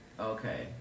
okay